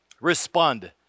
Respond